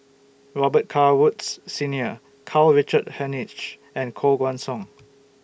Robet Carr Woods Senior Karl Richard Hanitsch and Koh Guan Song